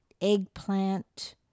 eggplant